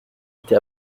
été